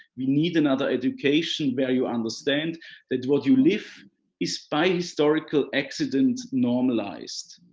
we need another education where you understand that what you live is by historical accident normalized.